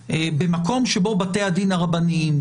במקום שבו בתי הדין הרבניים,